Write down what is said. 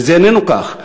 וזה איננו כך.